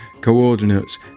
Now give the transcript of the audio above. coordinates